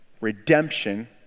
redemption